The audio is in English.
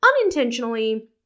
Unintentionally